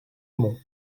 mont